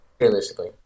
realistically